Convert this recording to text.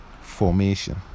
formation